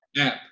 app